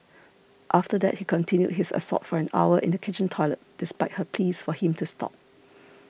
after that he continued his assault for an hour in the kitchen toilet despite her pleas for him to stop